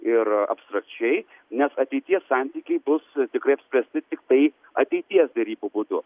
ir abstrakčiai nes ateities santykiai bus tikrai apspręsti tiktai ateities derybų būdu